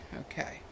okay